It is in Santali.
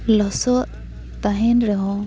ᱞᱚᱥᱚᱫᱽ ᱛᱟᱦᱮᱸᱱ ᱨᱮᱦᱚᱸ